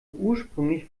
ursprünglich